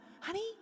honey